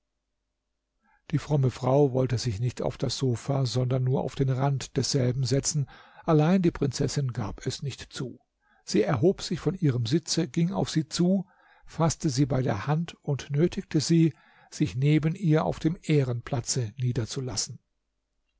die fromme frau wollte sich nicht auf das sofa sondern nur auf den rand desselben setzen allein die prinzessin gab es nicht zu sie erhob sich von ihrem sitze ging auf sie zu faßte sie bei der hand und nötigte sie sich neben ihr auf dem ehrenplatze niederzulassen